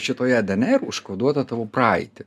šitoje dnr užkoduotą tavo praeitį